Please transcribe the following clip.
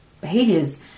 behaviors